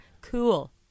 cool